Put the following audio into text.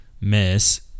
miss